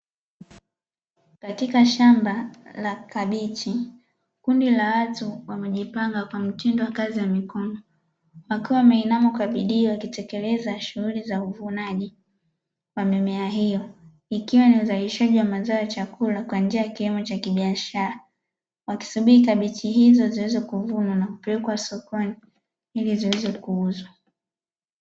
Katika shamba la kabichi, kundi la watu wamejipanga kwa mtindo wa kazi ya mikono, wakiwa wameinama kwa bidii watekeleza shughuli za uvunaji wa mimea hiyo. Ikiwa ni uzalishaji wa mazao ya chakula kwa njia ya kilimo cha kibiashara, wakisubiri kabichi hizo ziweze kuvunwa na kupelekwa sokoni ili ziweze kuuzwa.